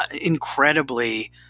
incredibly